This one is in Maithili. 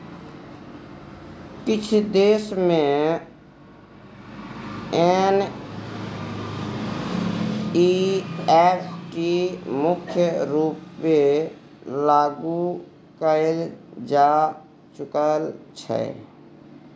किछ देश मे एन.इ.एफ.टी मुख्य रुपेँ लागु कएल जा चुकल छै